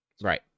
Right